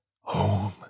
home